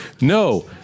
No